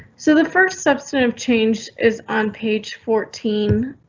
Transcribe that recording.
so the first substantive change is on page fourteen.